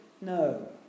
no